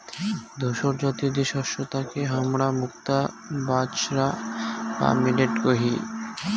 ধূসরজাতীয় যে শস্য তাকে হামরা মুক্তা বাজরা বা মিলেট কহি